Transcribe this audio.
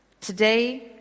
Today